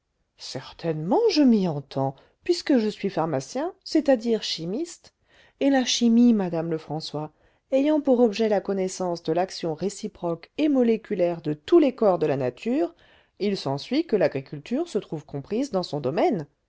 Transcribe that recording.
certainement je m'y entends puisque je suis pharmacien c'est-à-dire chimiste et la chimie madame lefrançois ayant pour objet la connaissance de l'action réciproque et moléculaire de tous les corps de la nature il s'ensuit que l'agriculture se trouve comprise dans son domaine